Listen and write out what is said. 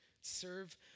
Serve